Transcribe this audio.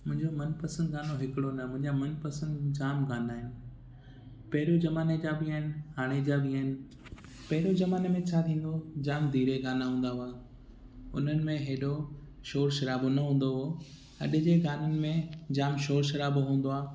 मुंहिंजो मनपसंद गानो हिकिड़ो न आहे मुंहिंजा मनपसंद जाम गाना आहिनि पहिरियूं ज़माने जा बि आहिनि हाणे जा बि आहिनि पहिरियूं ज़माने में छा थींदो हुओ जाम धीरे गाना हूंदा हुआ उन्हनि में हेॾो शोर शराबो न हूंदो हुओ अॼु जे गाननि में जाम शोर शराबो हूंदो आहे